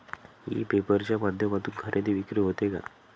E paper च्या माध्यमातून खरेदी विक्री होते का?